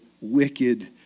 wicked